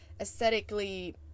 aesthetically